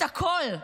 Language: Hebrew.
את הכול,